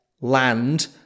land